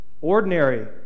Ordinary